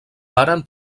paren